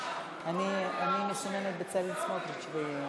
אני מסומנת בצלאל סמוטריץ.